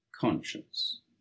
Conscience